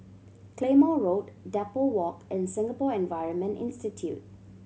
Claymore Road Depot Walk and Singapore Environment Institute